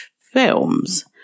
films